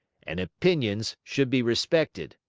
and opinions should be respected.